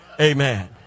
amen